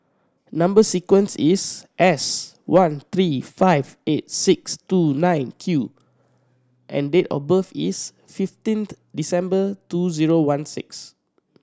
number sequence is S one three five eight six two nine Q and date of birth is fifteenth December two zero one six